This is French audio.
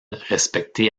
respecté